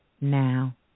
now